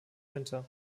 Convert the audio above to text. winter